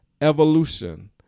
evolution